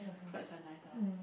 quite a nice lah